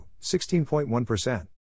16.1%